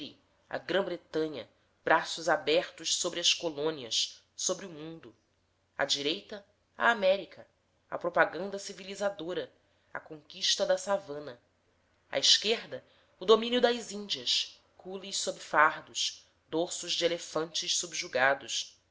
a grã-bretanha braços abertos sobre as colônias sobre o mundo à direita a américa a propaganda civilizadora a conquista da savana à esquerda o domínio das índias cules sob fardos dorsos de elefantes subjugados